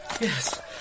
Yes